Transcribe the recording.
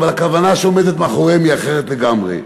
אבל הכוונה שעומדת מאחוריהן היא אחרת לגמרי.